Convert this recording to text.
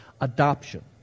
adoption